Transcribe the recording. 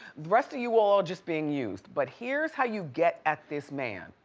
the rest of you all all just being used. but here's how you get at this man,